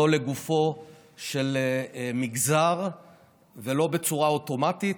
לא לגופו של מגזר ולא בצורה אוטומטית,